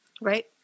Right